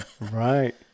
right